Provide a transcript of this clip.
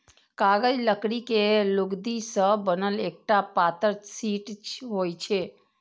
कागज लकड़ी के लुगदी सं बनल एकटा पातर शीट होइ छै